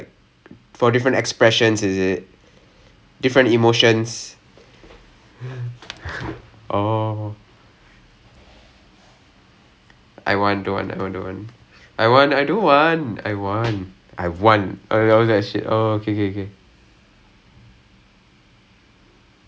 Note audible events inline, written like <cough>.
uh you have to vary your pitch your tone you have to like use your body language and all that kind of stuff right because if not you will be like that [one] weird ass cycle where is just like want don't want want don't want <laughs> ya exactly I don't want uh ya then maybe they will help us a bit then she'll like give like one scenario like start lah